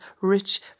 rich